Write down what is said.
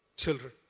children